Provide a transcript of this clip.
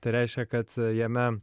tai reiškia kad jame